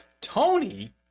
Tony